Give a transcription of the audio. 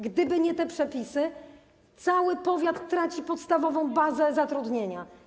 Gdyby nie te przepisy, cały powiat traci podstawową bazę zatrudnienia.